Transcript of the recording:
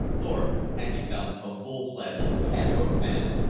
thorpe had become a full-fledged cant-hook man.